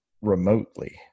remotely